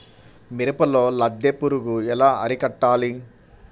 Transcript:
మిరపలో లద్దె పురుగు ఎలా అరికట్టాలి?